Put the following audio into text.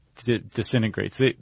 disintegrates